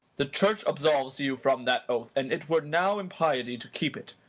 the church absolves you from that oath, and it were now impiety to keep it.